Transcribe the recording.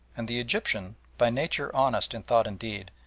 and the egyptian, by nature honest in thought and deed,